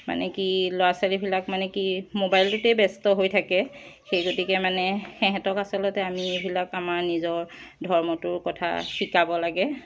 মানে কি ল'ৰা ছোৱালীবিলাক মানে কি মোবাইলটোতে ব্যস্ত হৈ থাকে সেই গতিকে মানে সিহেঁতক আচলতে আমি এইবিলাক আমাৰ নিজৰ ধৰ্মটোৰ কথা শিকাব লাগে